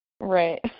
right